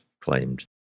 claimed